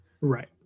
Right